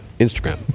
Instagram